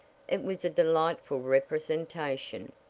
it was a delightful representation,